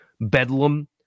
Bedlam